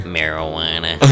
Marijuana